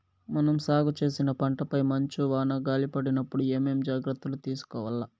మనం సాగు చేసిన పంటపై మంచు, వాన, గాలి పడినప్పుడు ఏమేం జాగ్రత్తలు తీసుకోవల్ల?